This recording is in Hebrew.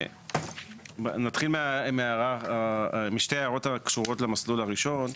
נתחיל משתי הערות הקשורות למסלול הראשון,